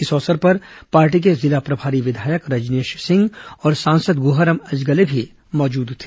इस अवसर पर पार्टी के जिला प्रभारी विधायक रजनेश सिंह और सांसद गुहाराम अजगले भी मौजूद थे